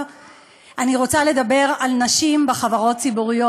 אני רוצה לדבר על נשים בחברות ציבוריות,